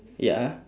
ya